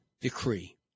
Decree